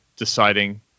deciding